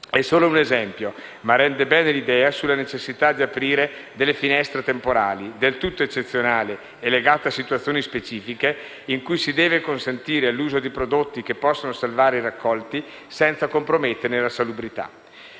È solo un esempio, ma rende bene l'idea della necessità di aprire delle finestre temporali, del tutto eccezionali e legate a situazioni specifiche, in cui si deve consentire l'uso di prodotti che possono salvare i raccolti senza comprometterne la salubrità.